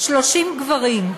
30 גברים,